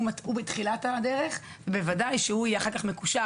הוא תחילת הדרך ובוודאי שהוא יהיה אחר כך מקושר